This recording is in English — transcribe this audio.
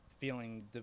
feeling